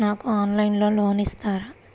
నాకు ఆన్లైన్లో లోన్ ఇస్తారా?